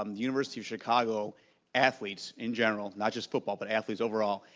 um the university of chicago athletes in general, not just football but athletes overall,